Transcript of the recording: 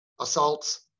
assaults